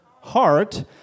heart